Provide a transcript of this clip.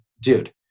dude